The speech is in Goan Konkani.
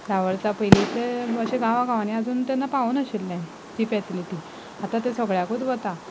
धा वर्सां पयलीं ते अशे गांवां गांवांनी आजून तेन्ना पावूंक नाशिल्लें ती फेसिलिटी आतां तें सगळ्याकूच वता